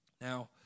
Now